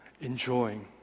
enjoying